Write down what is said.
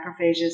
macrophages